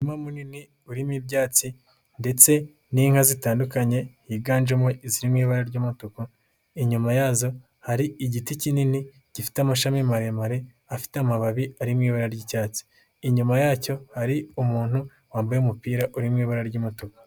Umurima munini urimo ibyatsi ndetse n'inka zitandukanye, higanjemo iziri mu ibara ry'umutuku, inyuma yazo hari igiti kinini gifite amashami maremare, afite amababi arimo ibara ry'icyatsi, inyuma yacyo hari umuntu wambaye umupira uri mu ibara ry'umutuku.